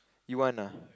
you want ah